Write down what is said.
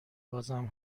بازم